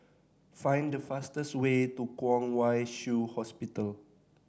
find the fastest way to Kwong Wai Shiu Hospital